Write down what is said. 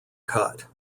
cut